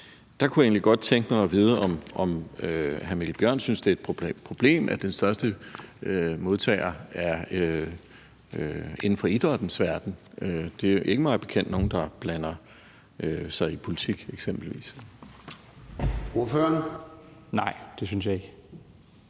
det kunne jeg egentlig godt tænke mig at vide, om hr. Mikkel Bjørn synes, det er et problem, at den største modtager er inden for idrættens verden. Det er mig bekendt ikke nogen, der blander sig i eksempelvis politik.